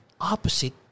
opposite